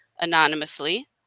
anonymously